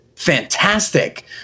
fantastic